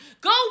Go